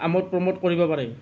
আমোদ প্ৰমোদ কৰিব পাৰে